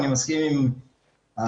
אני מסכים עם יושבת-הראש,